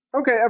Okay